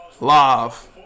live